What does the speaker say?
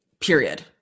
period